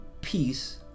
peace